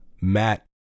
Matt